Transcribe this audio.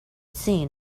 seen